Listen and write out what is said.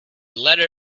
letter